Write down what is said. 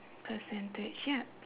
percentage ya